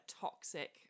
toxic